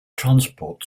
transport